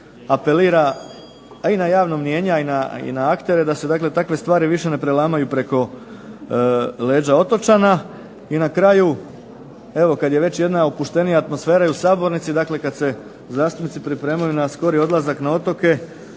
apelira i na javno mnijenje, a i na aktere da se takve stvari više ne prelamaju preko leđa otočana. I na kraju, evo kad je već jedna opuštenija tema i u Sabornici, dakle kad se zastupnici pripremaju na skori odlazak na otoke